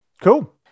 Cool